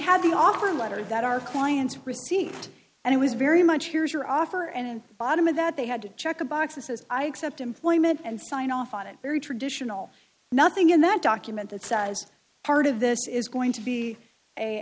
have the offer letter that our clients received and it was very much here's your offer and bottom of that they had to check a box that says i accept employment and sign off on it very traditional nothing in that document that size part of this is going to be a